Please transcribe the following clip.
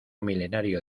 milenario